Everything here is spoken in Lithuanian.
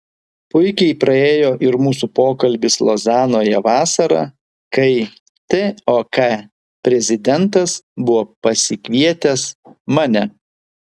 puikiai praėjo ir mūsų pokalbis lozanoje vasarą kai tok prezidentas buvo pasikvietęs mane